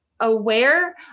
aware